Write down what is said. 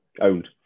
owned